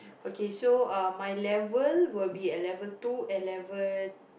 okay so um my level will be at level two and level